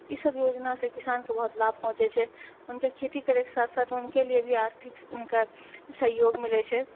ई सब योजना सँ किसान के बहुत लाभ पहुँचै छै ऊनके खेती करै के साथ साथ ऊनके लिए भी आर्थिक ऊनका सहयोग मिलै छै